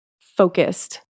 focused